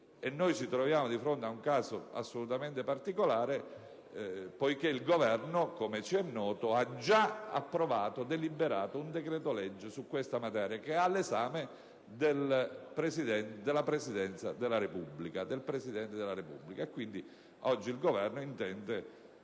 Ci troviamo di fronte ad un caso assolutamente particolare, poiché il Governo ‑ come ci è noto ‑ ha già deliberato un decreto-legge su questa materia, che è all'esame della Presidenza della Repubblica. Quindi, oggi il Governo intende